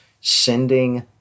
sending